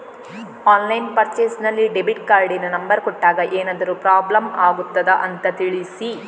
Online purchase ನಲ್ಲಿ debit ಕಾರ್ಡಿನ number ಕೊಟ್ಟಾಗ ಏನಾದರೂ ಪ್ರಾಬ್ಲಮ್ ಆಗುತ್ತದ ಅಂತ ತಿಳಿಸಿ?